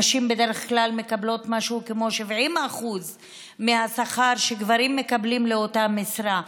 נשים בדרך כלל מקבלות משהו כמו 70% מהשכר שגברים מקבלים לאותה משרה.